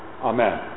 Amen